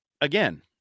again